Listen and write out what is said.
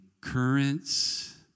currents